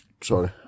sorry